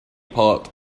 part